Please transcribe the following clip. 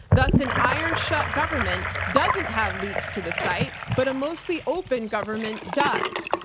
thus an iron shut government doesn't have leaks to the site, but a mostly open government does.